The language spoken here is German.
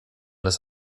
des